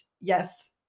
yes